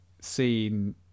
seen